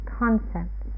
concept